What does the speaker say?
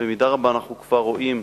במידה רבה אנחנו כבר רואים,